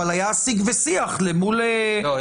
אבל היה שיג ושיח מול --- לא.